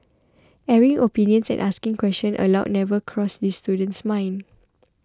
airing opinions and asking questions aloud never crossed this student's mind